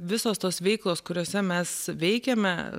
visos tos veiklos kuriose mes veikiame